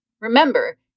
Remember